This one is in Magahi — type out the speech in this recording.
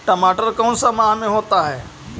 टमाटर कौन सा माह में होता है?